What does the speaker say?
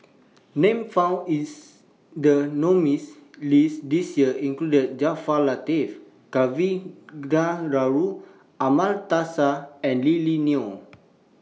Names found in The nominees' list This Year include Jaafar Latiff Kavignareru Amallathasan and Lily Neo